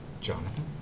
Jonathan